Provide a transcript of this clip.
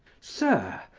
sir,